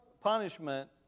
punishment